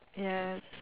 yeah